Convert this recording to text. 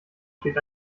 steht